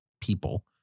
people